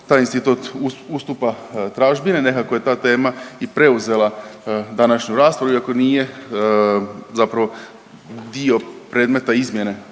taj institut ustupa tražbine, nekako je ta tema i preuzela današnju raspravu iako nije zapravo dio predmeta izmjene